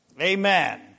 Amen